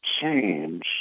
change